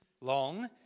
long